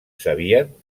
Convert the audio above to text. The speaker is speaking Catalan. sabien